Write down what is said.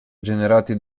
generati